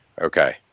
okay